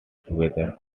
together